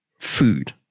food